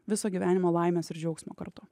viso gyvenimo laimės ir džiaugsmo kartu